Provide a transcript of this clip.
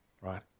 Right